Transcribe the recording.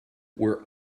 where